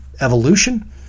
evolution